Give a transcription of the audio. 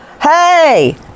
hey